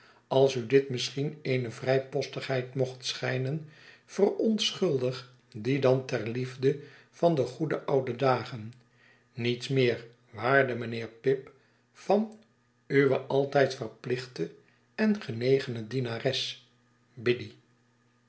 als u dit misschien eene vrypostigheid mocht schijnen verontschuldig die dan ter liefde van de goede oude dagen niets meer waarde mijnheer pip van uwe alt yd verplichte en genegene dienares